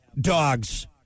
dogs